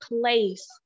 place